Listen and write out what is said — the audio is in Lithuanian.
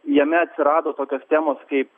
jame atsirado tokios temos kaip